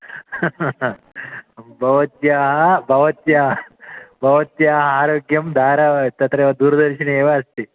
भवत्याः भवत्याः भवत्याः आरोग्यं दारावा तत्र दूरदर्शने एव अस्ति